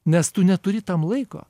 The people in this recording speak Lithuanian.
nes tu neturi tam laiko